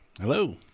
hello